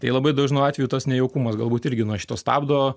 tai labai dažnu atveju tas nejaukumas galbūt irgi nuo šito stabdo